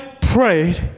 prayed